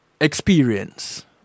experience